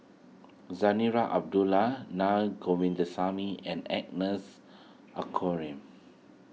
Zarinah Abdullah Na Govindasamy and Agnes